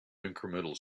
incremental